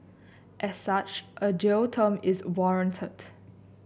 as such a jail term is warranted